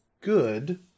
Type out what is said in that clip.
good